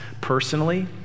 personally